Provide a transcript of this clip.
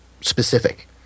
specific